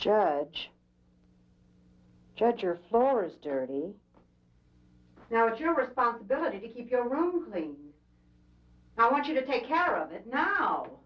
judge judge or floors dirty now it's your responsibility to keep your room i want you to take care of it now